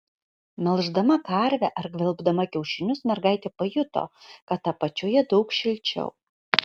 melždama karvę ar gvelbdama kiaušinius mergaitė pajuto kad apačioje daug šilčiau